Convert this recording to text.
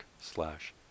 slash